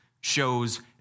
shows